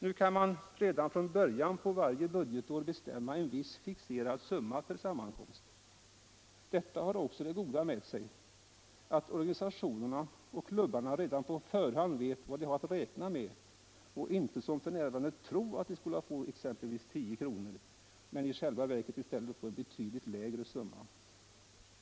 Nu kan man redan från början på varje budgetår bestämma en viss fixerad summa per sammankomst. Detta har också det goda med sig att organisationerna och klubbarna redan på förhand vet vad de har att räkna med och inte som f.n. behöver tro att de skall få exempelvis 10 kr. men i själva verket får en betydligt lägre summa.